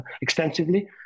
extensively